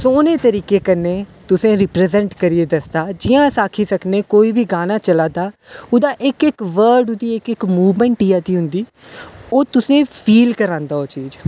सोहने तरीके कन्नै तुसे री प्रजेंट करियै दस्सदा जियां अस आक्खी सकने की कोई बी गाना चला दा ओह्दा इक्क इक्क वर्ड ओह्दी इक्क इक्क मूवमेंट देआ दी होंदी ओह् तुसेंगी फील करांदा ओह् चीज